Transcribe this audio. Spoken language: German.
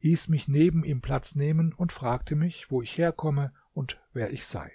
hieß mich neben ihm platz nehmen und fragte mich wo ich herkomme und wer ich sei